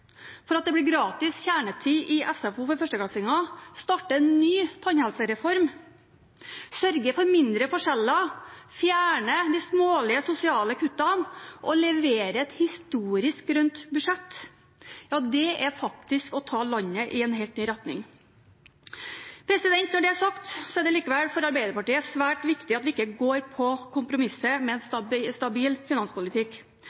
for at det blir gratis kjernetid i SFO for førsteklassinger, starter en ny tannhelsereform, sørger for mindre forskjeller, fjerner de smålige sosiale kuttene og leverer et historisk grønt budsjett, er faktisk å ta landet i en helt ny retning. Når det er sagt, er det likevel svært viktig for Arbeiderpartiet at vi ikke går på akkord med en